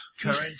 Current